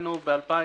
בכוונתנו ב-2020,